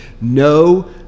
no